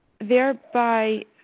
thereby